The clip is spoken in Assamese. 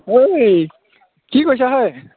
ঐ কি কৰিছা হয়